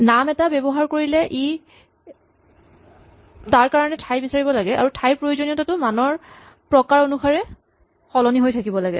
নাম এটা ব্যৱহাৰ কৰিলে ই তাৰ কাৰণে ঠাই বিচাৰিব লাগে আৰু ঠাইৰ প্ৰয়োজনীয়তাটো মানটোৰ প্ৰকাৰ অনুসাৰে সলনি হৈ থাকিব লাগে